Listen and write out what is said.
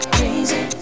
Crazy